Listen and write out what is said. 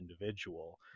individual